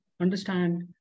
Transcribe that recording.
understand